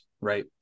right